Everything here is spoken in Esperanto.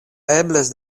eblas